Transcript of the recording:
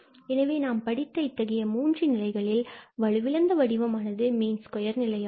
எனவே நாம் படித்த இத்தகைய மூன்று நிலைகளில் வலுவிழந்த வடிவமானது மீன் ஸ்கொயர் நிலையாகும்